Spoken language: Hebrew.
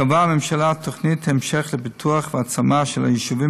קבעה הממשלה תוכנית המשך לפיתוח והעצמה של היישובים